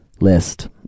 list